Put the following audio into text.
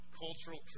Cultural